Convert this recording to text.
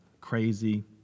crazy